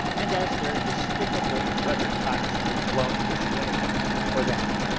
and as their despicable weathercocks are blown this way or that?